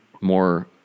more